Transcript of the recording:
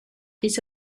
this